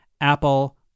Apple